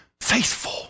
faithful